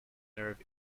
nerve